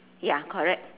ya correct